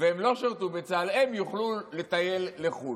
והם לא שירתו בצה"ל, הם יוכלו לטייל לחו"ל.